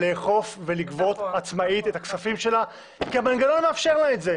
מנהלות את עסקיהן בצורה הרבה יותר יעילה,